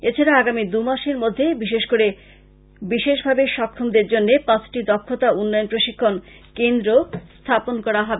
এছাড়া আগামী দুমাসের মধ্যে বিশেষভাবে সক্ষমদের জন্য পাঁচটি দক্ষতা উন্নয়ন প্রশিক্ষন কেন্দ্র স্থাপন করা হবে